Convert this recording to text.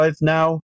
Now